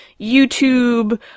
YouTube